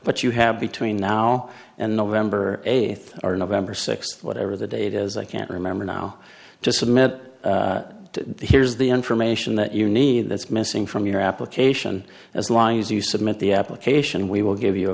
but you have between now and november eighth or november sixth whatever the date is i can't remember now to submit to here's the information that you need that's missing from your application as lines you submit the application we will give you a